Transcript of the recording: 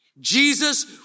Jesus